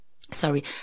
sorry